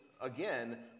again